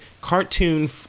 cartoon